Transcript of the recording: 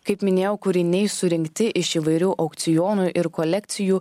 kaip minėjau kūriniai surinkti iš įvairių aukcionų ir kolekcijų